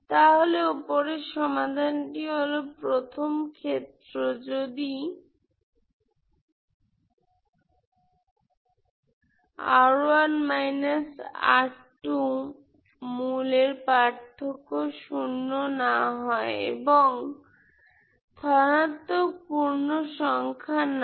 তাহলে উপরের সমাধান টি হল প্রথম ক্ষেত্র যদি রুট এর পার্থক্য শূন্য না হয় এবং ধনাত্মক পূর্ণ সংখ্যা না হয়